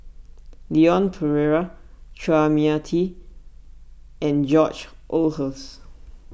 Leon Perera Chua Mia Tee and George Oehlers